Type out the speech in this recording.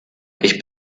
ich